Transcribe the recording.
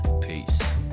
peace